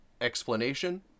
explanation